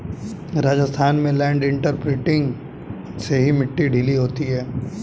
राजस्थान में land imprinter से ही मिट्टी ढीली होती है